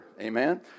Amen